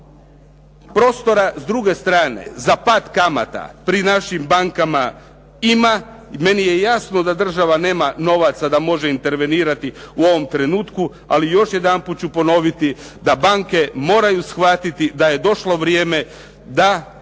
Prostora s druge strane za pad kamata pri našim bankama ima. I meni je jasno da država nema novaca da može intervenirati u ovom trenutku. Ali još jedanput ću ponoviti da banke moraju shvatiti da je došlo vrijeme da